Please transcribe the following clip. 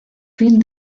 fin